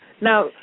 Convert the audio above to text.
Now